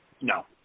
No